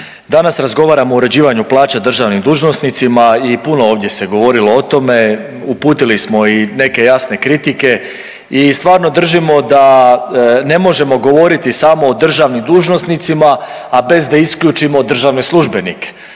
danas razgovaramo o uređivanju plaća državnim dužnosnicima i puno ovdje se govorilo o tome, uputili smo i neke jasne kritike i stvarno držimo da ne može govoriti samo o državnim dužnosnicima, a bez da isključimo državne službenike.